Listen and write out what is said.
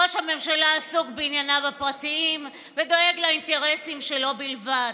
ראש הממשלה עסוק בענייניו הפרטיים ודואג לאינטרסים שלו בלבד.